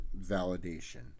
validation